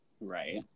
Right